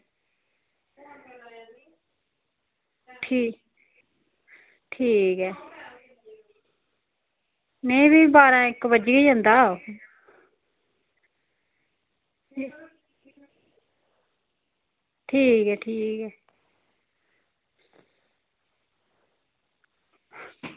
ठीक ठीक ऐ नेईं फ्ही बारा इक बज्जी गै जंदा ठीक ऐ ठीक ऐ